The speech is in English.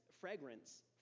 fragrance